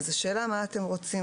השאלה מה אתם רוצים.